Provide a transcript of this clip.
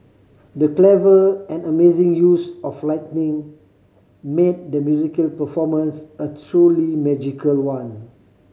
the clever and amazing use of lighting made the musical performance a truly magical one